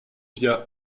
via